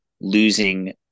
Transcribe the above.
losing